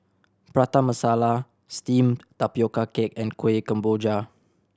Prata Masala Steamed Tapioca Cake and Kuih Kemboja